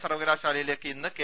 സർവകലാശാലയിലേക്ക് ഇന്ന് കെ